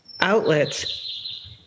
outlets